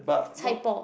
chai-poh